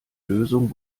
lösung